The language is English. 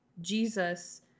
Jesus